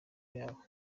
yabo